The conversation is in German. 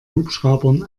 hubschraubern